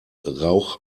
rauch